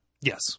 yes